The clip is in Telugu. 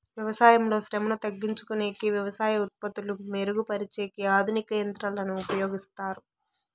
వ్యవసాయంలో శ్రమను తగ్గించుకొనేకి వ్యవసాయ ఉత్పత్తులు మెరుగు పరిచేకి ఆధునిక యంత్రాలను ఉపయోగిస్తారు